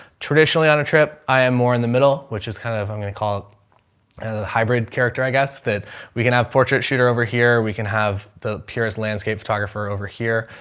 traditionally on a trip i am more in the middle, which is kind of, i'm going to call it hybrid character, i guess that we can have portrait shooter over here. we can have the purest landscape photographer over here.